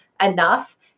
enough